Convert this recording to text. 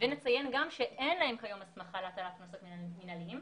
נציין גם שאין להם כיום הסמכה להטלת קנסות מינהליים.